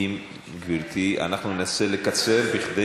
גברתי, אנחנו ננסה לקצר כדי